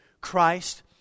Christ